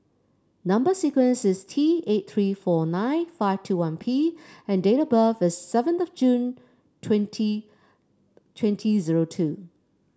number sequence is T eight three four nine five two one P and date of birth is seventh of June twenty twenty zero two